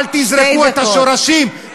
אל תזרקו את השורשים,